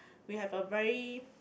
we have a very